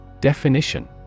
Definition